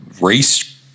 race